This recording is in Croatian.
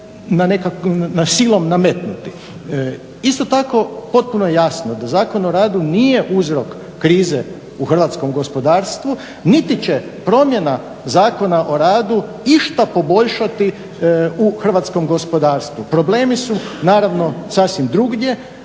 se želi na silu nametnuti. Isto tako potpuno je jasno da Zakon o radu nije uzrok krize u hrvatskom gospodarstvu niti će promjena Zakona o radu išta poboljšati u hrvatskom gospodarstvu. Problemi su naravno sasvim drugdje.